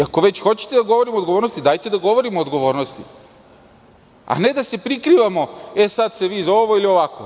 Ako već hoćete da govorimo o odgovornosti, dajte da govorimo o odgovornosti a ne da se prikrivamo, sada ste vi iza ovog, ili ovakvog.